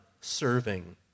serving